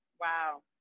Wow